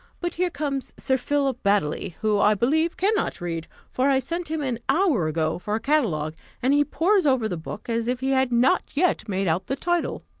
but here comes sir philip baddely, who, i believe, cannot read, for i sent him an hour ago for a catalogue, and he pores over the book as if he had not yet made out the title.